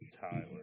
Tyler